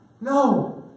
No